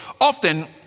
often